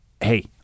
Hey